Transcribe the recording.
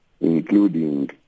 including